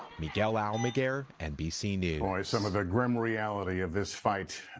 miguel almaguer, nbc news. some of the grim reality of this fight.